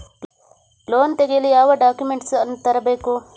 Loan ತೆಗೆಯಲು ಯಾವ documents ಅನ್ನು ತರಬೇಕು?